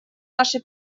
наши